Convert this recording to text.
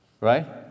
Right